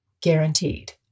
guaranteed